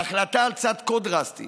ההחלטה על צעד כה דרסטי